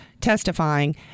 testifying